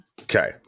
Okay